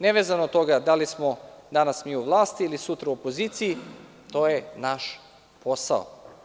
Nevezano od toga da li smo danas mi u vlasti ili sutra u opoziciji, to je naš posao.